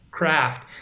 craft